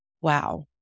wow